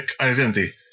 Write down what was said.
identity